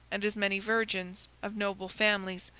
and as many virgins, of noble families,